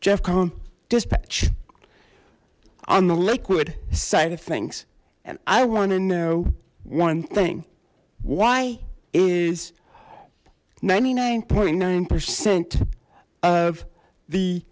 jeff calm dispatch on the liquid side of things and i want to know one thing why is ninety nine nine percent of the